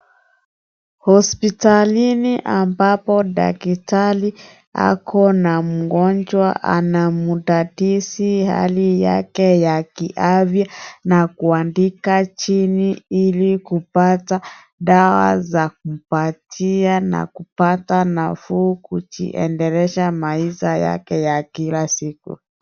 Hosiptalini ambapo daktari ako na mgonjwa ,anamdadisi hali yake ya kiafya na kuandika chini ili kupata dawa za kupatia nafuu na kujiendeleza maisha yake ya kila siku.